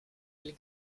ailes